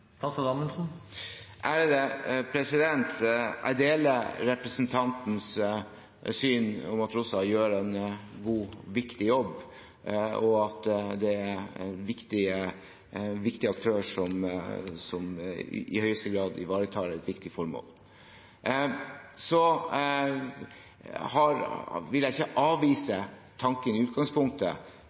Jeg deler representantens syn på at ROSA gjør en god og viktig jobb, og at det er en viktig aktør som i aller høyeste grad ivaretar et viktig formål. Jeg vil i utgangspunktet ikke avvise tanken